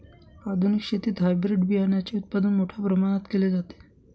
आधुनिक शेतीत हायब्रिड बियाणाचे उत्पादन मोठ्या प्रमाणात केले जाते